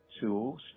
tools